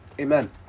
Amen